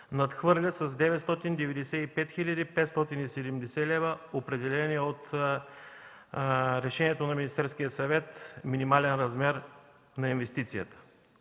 надхвърля с 995 хил. 570 лв. определения от решението на Министерския съвет минимален размер на инвестицията.